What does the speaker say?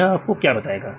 यह आपको क्या बताएगा